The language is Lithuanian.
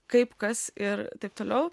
kaip kas ir taip toliau